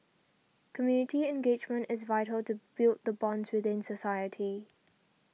community engagement is vital to build the bonds within society